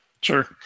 Sure